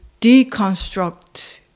deconstruct